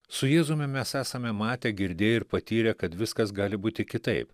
su jėzumi mes esame matę girdėję ir patyrę kad viskas gali būti kitaip